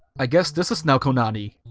i guess this is now konani.